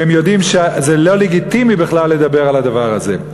כי הם יודעים שזה לא לגיטימי בכלל לדבר על הדבר הזה.